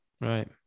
Right